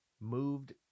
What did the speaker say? Moved